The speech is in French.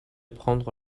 prendre